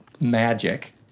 magic